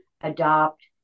adopt